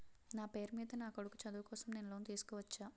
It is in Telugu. నా పేరు మీద నా కొడుకు చదువు కోసం నేను లోన్ తీసుకోవచ్చా?